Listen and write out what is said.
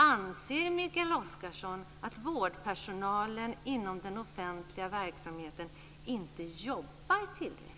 Anser Mikael Oscarsson att vårdpersonalen inom den offentliga verksamheten inte jobbar tillräckligt?